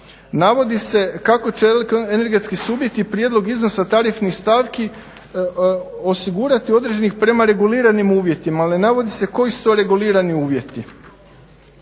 navodi se kako će energetski subjekti prijedlog iznosa tarifnih stavki osigurati određeni prema reguliranim uvjetima. Ali ne navodi se koji su to regulirani uvjeti.